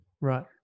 Right